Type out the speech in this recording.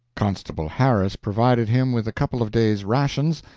constable harris provided him with a couple of days' rations,